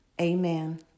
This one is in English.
Amen